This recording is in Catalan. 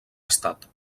estat